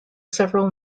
several